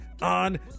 on